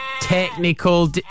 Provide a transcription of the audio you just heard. Technical